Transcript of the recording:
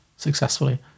successfully